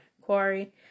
Quarry